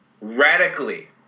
radically